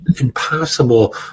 impossible